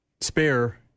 spare